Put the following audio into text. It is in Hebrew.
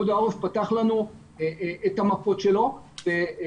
פיקוד העורף פתח לנו את המפות שלו והיום